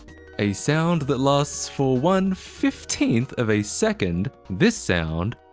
a sound that lasts for one fifteenth of a second, this sound.